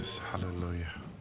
hallelujah